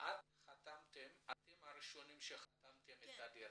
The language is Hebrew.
אתם הראשונים שחתמתם על הדירה.